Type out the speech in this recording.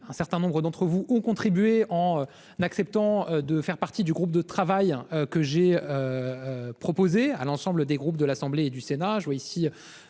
un certain nombre d'entre vous ont contribué en acceptant de faire partie du groupe de travail que j'ai proposé de constituer à l'ensemble des groupes de l'Assemblée nationale